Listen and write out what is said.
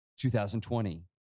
2020